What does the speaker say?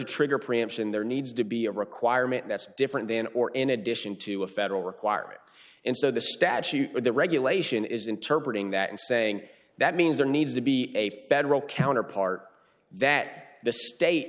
trigger preemption there needs to be a requirement that's different than or in addition to a federal requirement and so the statute or the regulation is inter breeding that in saying that means there needs to be a federal counterpart that the state